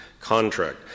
contract